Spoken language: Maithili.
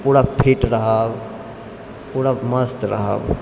पूरा फिट रहब पूरा मस्त रहब